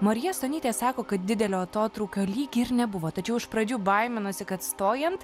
marija stonytė sako kad didelio atotrūkio lyg ir nebuvo tačiau iš pradžių baiminosi kad stojant